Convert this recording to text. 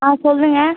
ஆ சொல்லுங்கள்